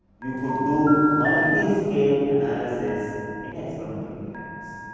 you could do multi scale analysis in experimental mechanics.